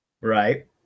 Right